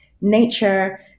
nature